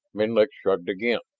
menlik shrugged again.